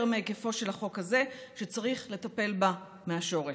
מהיקפו של החוק הזה שצריך לטפל בה מהשורש.